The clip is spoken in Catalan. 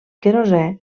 querosè